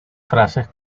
frases